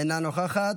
אינה נוכחת,